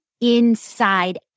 inside